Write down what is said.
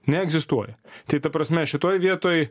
neegzistuoja tai ta prasme šitoj vietoj